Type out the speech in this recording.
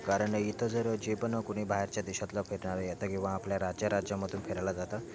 कारण इथं जर जे पण कुणी बाहेरच्या देशातला येतं किंवा आपल्या राज्या राज्यामधून फिरायला जातात